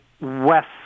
west